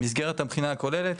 במסגרת הבחינה הכוללת,